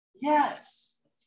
yes